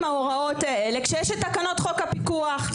התקנות האלה כשיש את תקנות חוק הפיקוח.